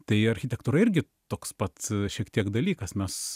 tai architektūra irgi toks pats šiek tiek dalykas mes